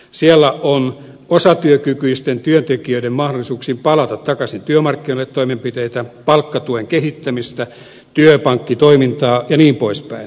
siellä on osatyökykyisten työntekijöiden mahdollisuuksiin palata takaisin työmarkkinoille toimenpiteitä palkkatuen kehittämistä työpankkitoimintaa jnp